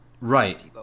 right